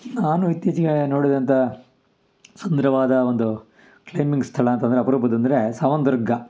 ನಾನು ಇತ್ತೀಚಿಗೇ ನೋಡಿದಂಥ ಸುಂದ್ರವಾದ ಒಂದು ಕ್ಲೈಮಿಂಗ್ ಸ್ಥಳ ಅಂತಂದರೆ ಅಪರೂಪದ ಅಂದರೆ ಸಾವನ್ ದುರ್ಗ